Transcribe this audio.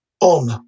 on